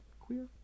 queer